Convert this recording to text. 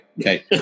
Okay